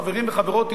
חברים וחברות,